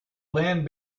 land